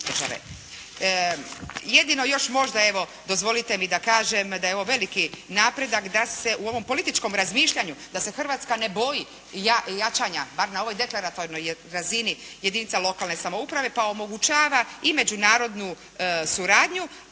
Jedino još možda, evo, dozvolite mi da kažem da je ovo veliki napredak da se u ovom političkom razmišljanju, da se Hrvatska ne boji jačanja, bar na ovoj deklaratornoj razini jedinica lokalne samouprave pa omogućava i međunarodnu suradnju